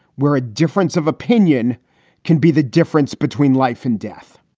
where a difference of opinion can be the difference between life and death